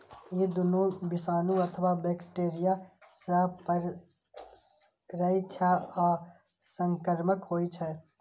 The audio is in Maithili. ई दुनू विषाणु अथवा बैक्टेरिया सं पसरै छै आ संक्रामक होइ छै